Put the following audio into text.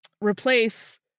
replace